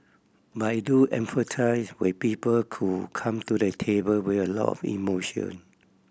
but I do empathise with people come to the table with a lot of emotion